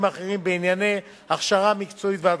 אחרים בענייני הכשרה מקצועית והדרכה.